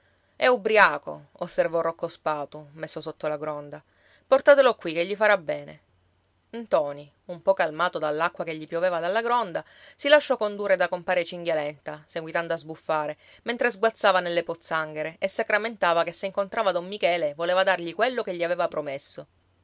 è ubbriaco osservò rocco spatu messo sotto la gronda portatelo qui che gli farà bene ntoni un po calmato dall'acqua che gli pioveva dalla gronda si lasciò condurre da compare cinghialenta seguitando a sbuffare mentre sguazzava nelle pozzanghere e sacramentava che se incontrava don michele voleva dargli quello che gli aveva promesso